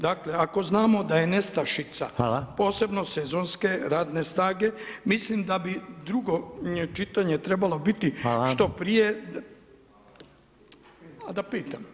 Dakle ako znamo da je nestašica, posebno sezonske radne snage, mislim da bi drugo čitanje trebalo biti što prije [[Upadica Reiner: Hvala.]] A da pitam,